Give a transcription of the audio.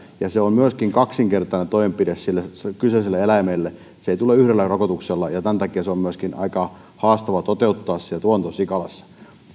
ja se on myöskin kaksinkertainen toimenpide sille kyseiselle eläimelle se ei tule yhdellä rokotuksella ja tämän takia se on myöskin aika haastava tuotantosikalassa toteuttaa